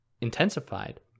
intensified